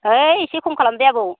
है एसे खम खालाम दे आबौ